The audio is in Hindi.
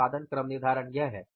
उत्पादन क्रम निर्धारण यह है